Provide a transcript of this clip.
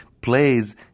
plays